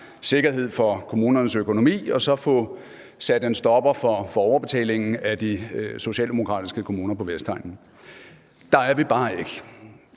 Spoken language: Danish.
sikkerhed for kommunernes økonomi og så få sat en stopper for overbetalingen af de socialdemokratiske kommuner på Vestegnen. Der er vi bare ikke